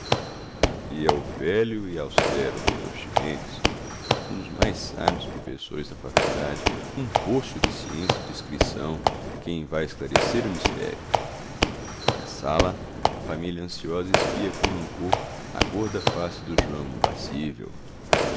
e é o velho e austero dr ximenes um dos mais sábios professores da faculdade um poço de ciência e discrição quem vai esclarecer o mistério na sala a família ansiosa espia com rancor a gorda face do joão impassível